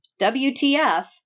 WTF